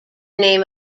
name